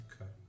Okay